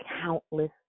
countless